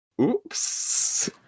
Oops